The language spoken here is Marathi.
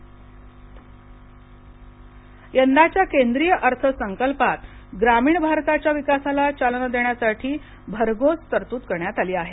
रुरल बजेट यंदाच्या केंद्रीय अर्थसंकल्पात ग्रामीण भारताच्या विकासाला चालना देण्यासाठी भरघोस तरतूद करण्यात आली आहे